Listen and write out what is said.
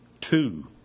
Two